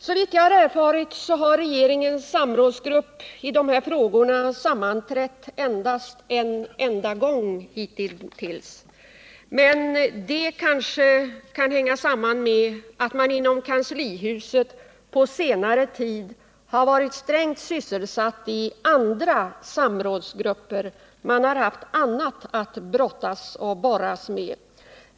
Såvitt jag vet har regeringens samrådsgrupp på det här området sammanträtt endast en enda gång hittills, men det kan väl hänga samman med att man inom kanslihuset på senare tid har varit strängt sysselsatt i andra samrådsgrupper. Man har haft annat att brottas med.